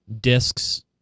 discs